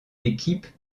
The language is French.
équipe